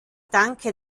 danke